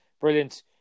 brilliant